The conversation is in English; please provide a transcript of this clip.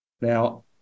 Now